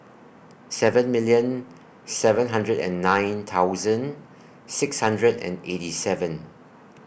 seven million seven hundred and nine thousand six hundred and eighty seven